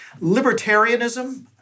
Libertarianism